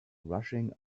rushing